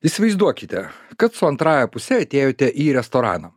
įsivaizduokite kad su antrąja puse atėjote į restoraną